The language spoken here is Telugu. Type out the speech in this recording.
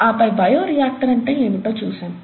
ఆపై బయో రియాక్టర్ అంటే ఏమిటో చూశాము